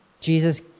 Jesus